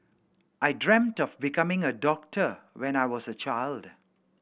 I dreamt of becoming a doctor when I was a child